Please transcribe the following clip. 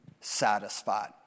satisfied